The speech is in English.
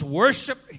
worship